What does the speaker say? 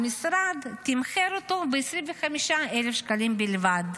המשרד תמחר אותו ב-25,000 שקלים בלבד.